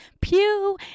pew